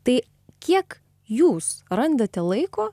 tai kiek jūs randate laiko